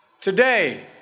Today